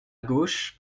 gauche